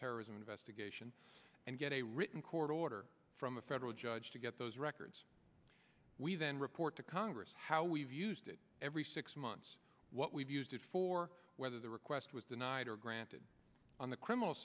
terrorism investigation and get a written court order from a federal judge to get those records we then report to congress how we've used it every six months what we've used it for whether the request was denied or granted on the